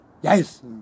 Yes